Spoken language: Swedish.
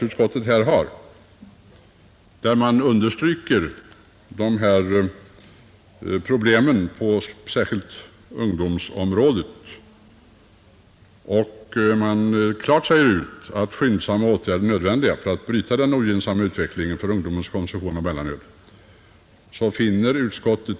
Utskottet har i sitt betänkande understrukit det problem som här finns särskilt på ungdomssidan och klart sagt ifrån att skyndsamma åtgärder är nödvändiga för att bryta utvecklingen när det gäller ungdomens konsumtion av mellanöl.